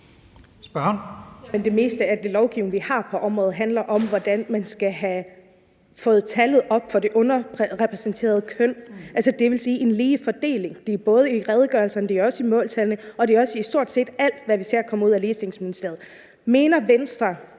Det meste af den lovgivning, vi har på området, handler om, hvordan man skal få tallet op for det underrepræsenterede køn, altså det vil sige en lige fordeling. Det er både i redegørelserne, i måltallene og også i stort set alt, hvad vi ser komme ud fra Ligestillingsministeriet. Mener Venstre,